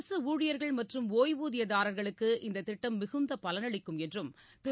அரசு ஊழியர்கள் மற்றும் ஒய்வூதியதாரர்களுக்கு இந்த திட்டம் மிகுந்த பலனளிக்கும் என்றும் திரு